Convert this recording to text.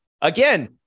Again